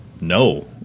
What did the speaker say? No